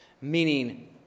Meaning